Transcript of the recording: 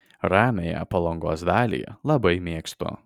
ramiąją palangos dalį labai mėgstu